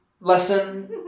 lesson